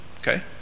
Okay